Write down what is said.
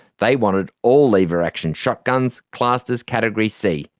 they wanted all lever-action shotguns classed as category c,